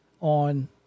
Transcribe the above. on